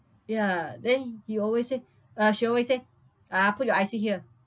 ya then he always say uh she always say uh put your I_C here